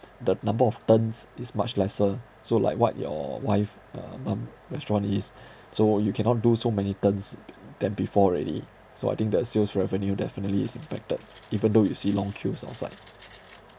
the number of turns is much lesser so like what your wife uh mum restaurant is so you cannot do so many turns than before already so I think the sales revenue definitely is impacted even though you see long queues outside